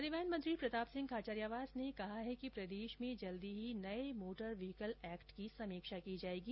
परिवहन मंत्री प्रताप सिंह खाचरियावास ने कहा है कि प्रदेश में जल्द ही नए मोटर व्हीकल एक्ट की समीक्षा की जाएगी